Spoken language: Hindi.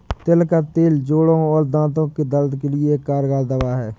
तिल का तेल जोड़ों और दांतो के दर्द के लिए एक कारगर दवा है